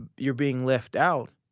and you're being left out.